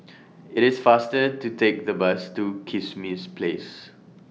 IT IS faster to Take The Bus to Kismis Place